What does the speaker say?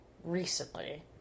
recently